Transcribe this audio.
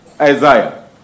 Isaiah